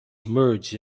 merge